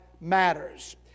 matters